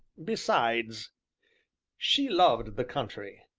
besides she loved the country.